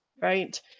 right